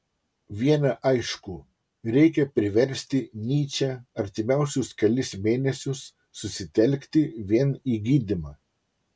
viena aišku reikia priversti nyčę artimiausius kelis mėnesius susitelkti vien į gydymą